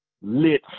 lit